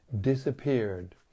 disappeared